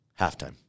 halftime